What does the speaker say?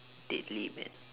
deadly man